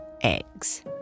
eggs